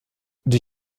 die